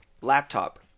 laptop